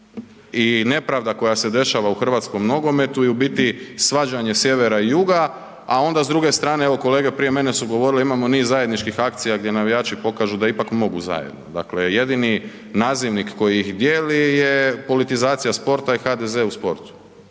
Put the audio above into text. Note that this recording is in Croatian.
i nepravda koja se dešava u hrvatskom nogometu je u biti svađanje sjevera i juga, a onda s druge strane, evo kolege prije mene su govorile imamo niz zajedničkih akcija gdje navijači pokažu da ipak mogu zajedno, dakle jedini nazivnik koji ih dijeli je politizacija sporta i HDZ u sportu,